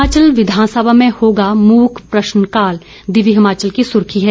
हिमाचल विधानसभा में होगा मुक प्रश्नकाल दिव्य हिमाचल की सुर्खी है